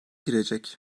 girecek